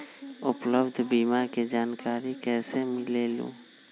उपलब्ध बीमा के जानकारी कैसे मिलेलु?